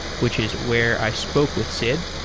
which is where i spoke with sid.